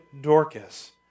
Dorcas